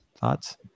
Thoughts